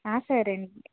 ఆ సరేనండి